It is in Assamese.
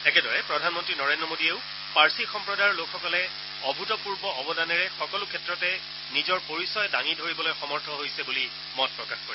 একেদৰে প্ৰধানমন্ত্ৰী নৰেন্দ্ৰ মোদীয়েও পাৰ্চী সম্প্ৰদায়ৰ লোকসকলে অভূতপূৰ্ব অৱদানেৰে সকলো ক্ষেত্ৰতে নিজৰ পৰিচয় দাঙি ধৰিবলৈ সমৰ্থ হৈছে বুলি মত প্ৰকাশ কৰে